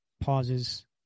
pauses